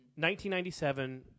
1997